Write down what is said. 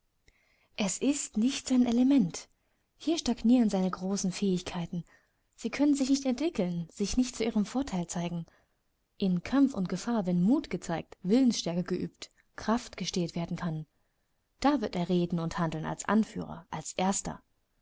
es ist nicht sein element hier stagnieren seine große fähigkeiten sie können sich nicht entwickeln sich nicht zu ihrem vorteil zeigen in kampf und gefahr wenn mut gezeigt willensstärke geübt kraft gestählt werden kann da wird er reden und handeln als anführer als erster